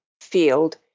field